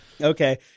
Okay